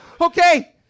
Okay